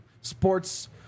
sports